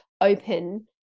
open